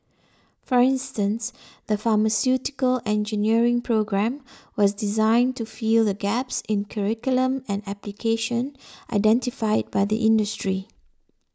for instance the pharmaceutical engineering programme was designed to fill the gaps in curriculum and application identified by the industry